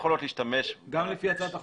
גם לפי הצעת החוק?